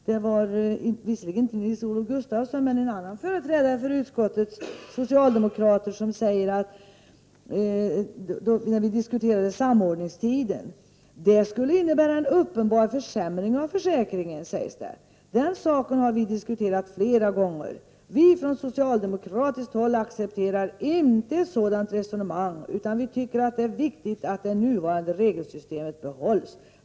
Det var visserligen inte Nils-Olof Gustafsson men en annan företrädare för utskottets socialdemokrater som sade, när vi diskuterade samordningstiden: ”Men det skulle innebära en uppenbar försämring av försäkringen. Den saken har vi diskuterat flera gånger. Vi från socialdemokratiskt håll accepterar inte ett sådant resonemang, utan vi tycker att det är viktigt att det nuvarande regelsystemet behålls.